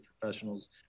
professionals